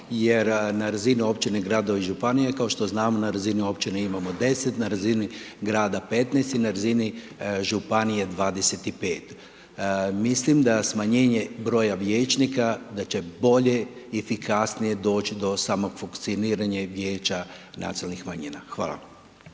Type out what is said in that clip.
jer na razini općine, gradova i županija je kao što znamo, na razini općine imamo 10, na razini grada 15 i na razini županije 25. Mislim da smanjenje broja vijećnika da će bolje i efikasnije doći do samog funkcioniranja i Vijeća nacionalnih manjina. Hvala.